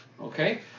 Okay